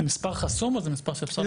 זה מספר חסום או שזה מספר שאפשר לחזור אליו?